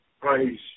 Praise